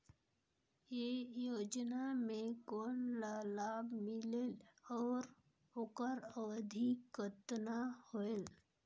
ये योजना मे कोन ला लाभ मिलेल और ओकर अवधी कतना होएल